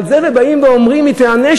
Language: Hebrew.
על זה באים ואומרים: היא תיענש,